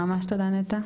ממש תודה נטע.